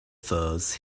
furs